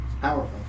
powerful